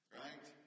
right